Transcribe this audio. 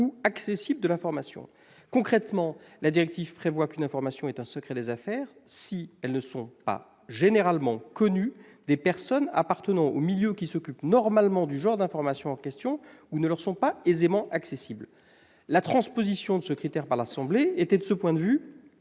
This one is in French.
ou accessible de l'information. Concrètement, la directive prévoit qu'une information relève du secret des affaires si elle n'est généralement pas connue des personnes appartenant au milieu qui s'occupe normalement du genre d'informations en question ou ne leur est pas aisément accessible. De ce point de vue, la transposition de ce critère par l'Assemblée nationale était, d'une